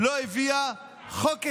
לא הביאה חוק אחד,